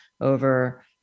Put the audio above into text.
over